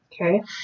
Okay